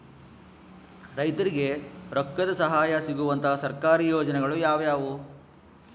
ರೈತರಿಗೆ ರೊಕ್ಕದ ಸಹಾಯ ಸಿಗುವಂತಹ ಸರ್ಕಾರಿ ಯೋಜನೆಗಳು ಯಾವುವು?